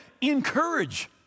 encourage